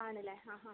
ആണല്ലേ ഹാ ഹാ ഹാ